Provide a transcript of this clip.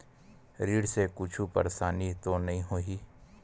ऋण से कुछु परेशानी तो नहीं होही?